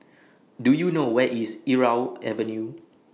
Do YOU know Where IS Irau Avenue